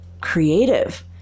creative